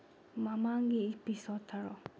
ꯃꯃꯥꯡꯒꯤ ꯏꯄꯤꯁꯣꯠ ꯊꯥꯔꯛꯑꯣ